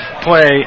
play